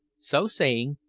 so saying,